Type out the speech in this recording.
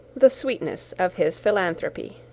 the sweetness of his philanthropy.